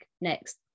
next